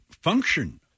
function